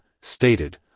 stated